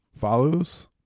Follows